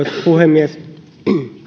puhemies